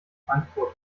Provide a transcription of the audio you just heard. frankfurt